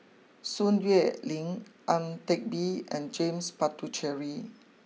Sun Xueling Ang Teck Bee and James Puthucheary